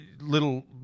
little